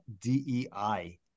DEI